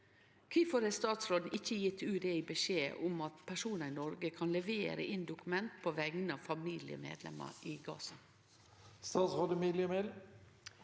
Kvifor har statsråden ikkje gitt UDI beskjed om at personar i Noreg kan levere inn dokument på vegner av familiemedlemmer i Gaza?»